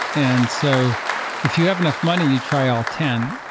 and so if you have enough money, you try all ten,